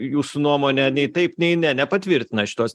jūsų nuomone nei taip nei ne nepatvirtina šitos